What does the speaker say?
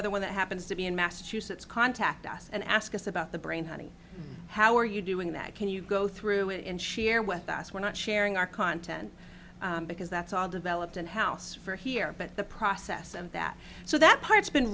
other when that happens to be in massachusetts contact us and ask us about the brain honey how are you doing that can you go through it and share with us we're not sharing our content because that's all developed in house for here but the process of that so that part's been